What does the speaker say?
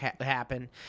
happen